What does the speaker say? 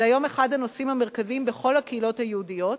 היום זה אחד הנושאים המרכזיים בכל הקהילות היהודיות.